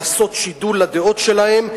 לעשות שידול לדעות שלהם.